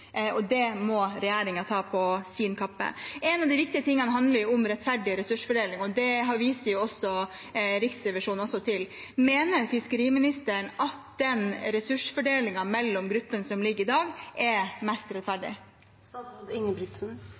og det må regjeringen ta på sin kappe. En av de viktige tingene handler om rettferdig ressursfordeling, og det viser også Riksrevisjonen til. Mener fiskeriministeren at den ressursfordelingen mellom gruppene som vi har i dag, er mest